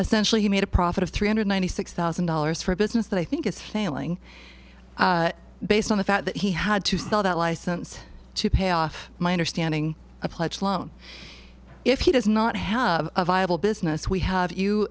essentially made a profit of three hundred ninety six thousand dollars for a business that i think is hailing based on the fact that he had to sell that license to pay off my understanding a pledge loan if he does not have a viable business we have you